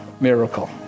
miracle